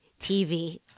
TV